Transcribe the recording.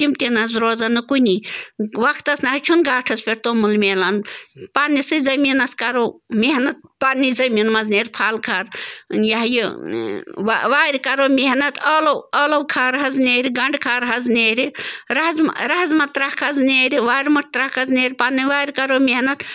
تِم تہِ نہٕ حظ روزَن نہٕ کُنی وَقتَس نہٕ حظ چھِنہٕ گھاٹھَس پٮ۪ٹھ توٚمُل میلان پنٛنِسٕے زٔمیٖنَس کَرَو محنت پَنٛنی زٔمیٖن منٛز نیرِ پھل کھار یہِ ہہ یہِ وارِ کَرو محنت ٲلٕو ٲلٕو کھار حظ نیرِ گَنٛڈٕ کھار حظ نیرِ رَہزمہٕ رہزما ترٛکھ حظ نیرِ وارٕ مُٹھ ترٛکھ حظ نیرِ پنٛنہِ وارِ کَرو محنت